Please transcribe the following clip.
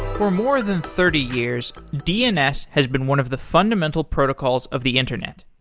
for more than thirty years, dns has been one of the fundamental protocols of the internet.